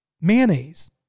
mayonnaise